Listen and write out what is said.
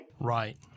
Right